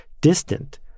distant